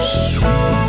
sweet